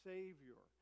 Savior